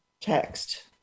text